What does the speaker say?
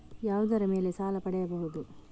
ಯಾವುದರ ಮೇಲೆ ಸಾಲ ಪಡೆಯಬಹುದು?